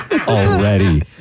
already